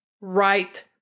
right